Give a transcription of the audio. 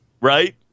Right